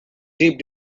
deep